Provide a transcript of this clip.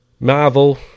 Marvel